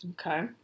Okay